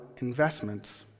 investments